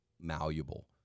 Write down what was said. malleable